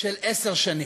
של עשר שנים.